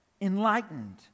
enlightened